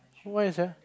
why sia